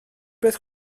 beth